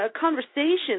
conversations